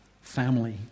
family